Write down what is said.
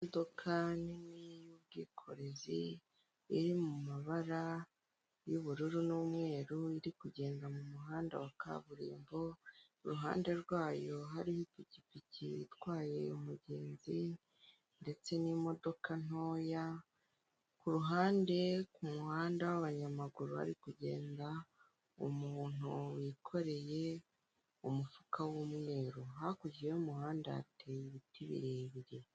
Imodoka nini y'ubwikorezi iri mumabara y'ubururu n'umweru iri kugenda mumuhanda wa kaburimbo iruhande rwayo hari ipikipiki itwaye umugenzi ndetse n'imodoka ntoya kuruhande kumuhanda w'abanyamaguru bari kugenda hari umuntu wikoreye umufuka w'umweru hakurya y'umuhanda hateye ibiti birebire .